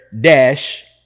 Dash